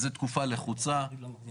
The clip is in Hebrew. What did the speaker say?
נכון.